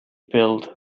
build